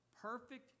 Perfect